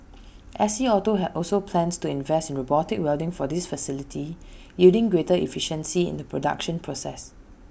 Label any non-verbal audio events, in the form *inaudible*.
*noise* S C auto have also plans to invest in robotic welding for this facility *noise* yielding greater efficiency in the production process